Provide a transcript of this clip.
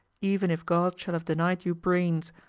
even if god shall have denied you brains,